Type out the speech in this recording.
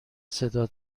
صدا